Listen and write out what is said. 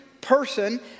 person